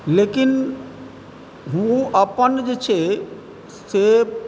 लेकिन ओ अपन जे छै से